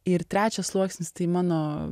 ir trečias sluoksnis tai mano